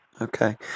Okay